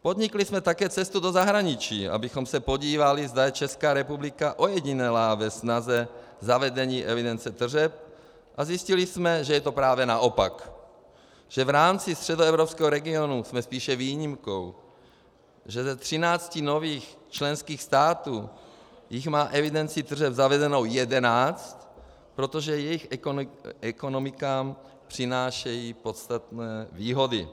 Podnikli jsme také cestu do zahraničí, abychom se podívali, zda je Česká republika ojedinělá ve snaze zavedení evidence tržeb, a zjistili jsme, že je to právě naopak, že v rámci středoevropského regionu jsme spíše výjimkou, že ze 13 nových členských států jich má evidenci tržeb zavedenou 11, protože jejich ekonomikám přináší podstatné výhody.